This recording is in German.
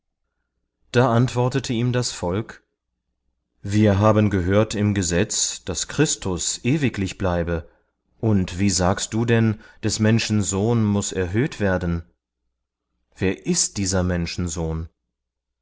da antwortete ihm das volk wir haben gehört im gesetz daß christus ewiglich bleibe und wie sagst du denn des menschen sohn muß erhöht werden wer ist dieser menschensohn